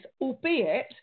Albeit